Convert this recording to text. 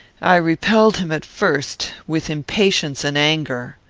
i repelled him at first with impatience and anger,